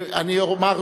מי נגדה?